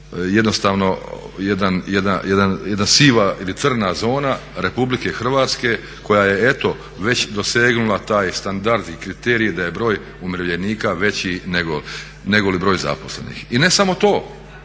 jednostavno jedna siva ili crna zona RH koja je eto već dosegnula taj standard i kriterij da je broj umirovljenika veći nego li broj zaposlenih. I ne samo to,